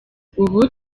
ubu